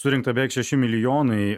surinkta beveik šeši milijonai